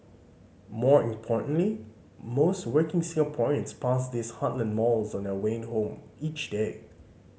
more importantly most working Singaporeans pass these heartland malls on their way home each day